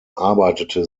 arbeitete